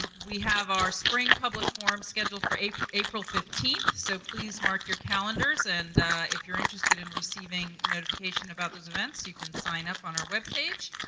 um we have our spring public forum scheduled for april april fifteenth, so please mark your calendars and if you're interested in receiving notification about those events, you can sign up on our webpage,